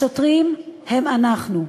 השוטרים הם אנחנו.